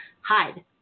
hide